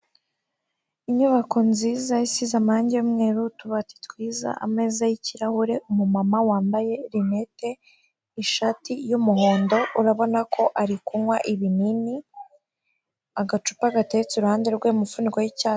Inyubako nziza isize amarangige y'umweru, utubati twiza, ameza y'ikirahure, umumama wambaye rinete, ishati y'umuhondo, urabona ko ari kunywa ibinini, agacupa gateretse uruhande rwe, umufuniko wicya....